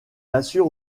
assure